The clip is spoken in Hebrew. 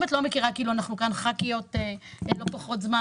אם אני לא מכירה -- אנחנו כאן חברות כנסת לא פחות מהזמן,